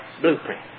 blueprint